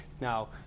Now